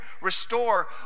restore